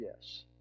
Yes